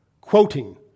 quoting